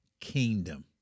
kingdom